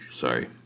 Sorry